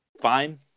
fine